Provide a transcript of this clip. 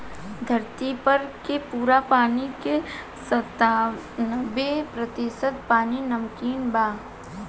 धरती पर के पूरा पानी के सत्तानबे प्रतिशत पानी नमकीन बा